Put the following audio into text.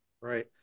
Right